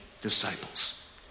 disciples